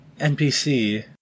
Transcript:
NPC